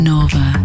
Nova